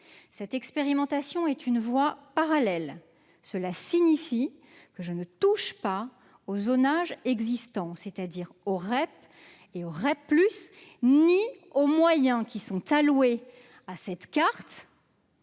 je le répète, mais une voie parallèle. Cela signifie que je ne touche pas au zonage existant, c'est-à-dire aux REP et aux REP+, non plus qu'aux moyens qui sont alloués à cette carte.